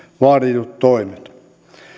vaaditut toimet